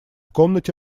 комнате